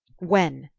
when?